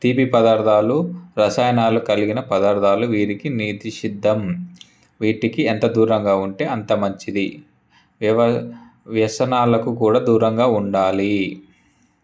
తీపి పదార్ధాలు రసాయనాలు కలిగిన పదార్థాలు వీరికి నిషిద్ధం వీటికి ఎంత దూరంగా ఉంటే అంత మంచిది వ్యవ వ్యసనాలకు కూడ దూరంగా ఉండాలి